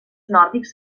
nòrdics